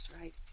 right